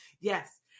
yes